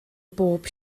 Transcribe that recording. bob